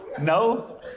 no